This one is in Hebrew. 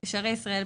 היציאה.